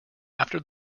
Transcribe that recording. after